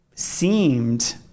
seemed